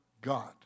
God